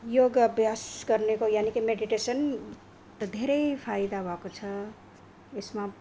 योगा अभ्यास गर्नेको यानिकी मेडिटेसन धेरै फाइदा भएको छ यसमा